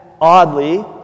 oddly